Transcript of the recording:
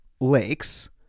Lakes